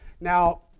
Now